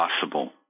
possible